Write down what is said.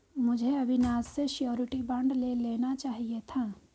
मुझे अविनाश से surety bond ले लेना चाहिए था